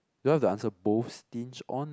because the answer both stinge on